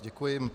Děkuji.